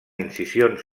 incisions